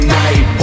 night